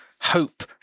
hope